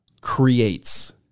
creates